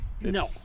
No